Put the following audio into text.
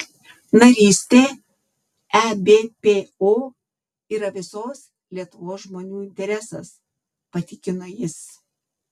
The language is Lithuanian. narystė ebpo yra visos lietuvos žmonių interesas patikino jis